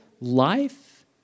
life